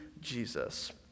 Jesus